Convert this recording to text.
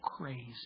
Crazy